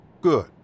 Good